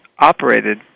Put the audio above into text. Operated